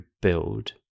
build